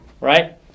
right